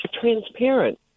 transparent